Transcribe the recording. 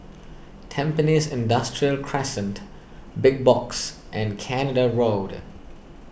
Tampines Industrial Crescent Big Box and Canada Road